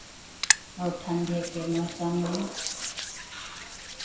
और ठंडे के मौसम में